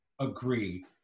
agree